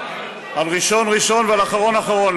ראשון ראשון ואחרון אחרון.